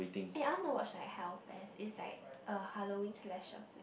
eh I want to watch like Hell Fest is like a Halloween slash film